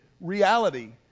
reality